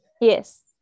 Yes